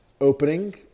opening